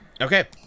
Okay